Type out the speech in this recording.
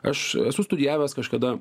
aš esu studijavęs kažkada